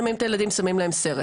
שמים את הילדים ושמים להם סרט.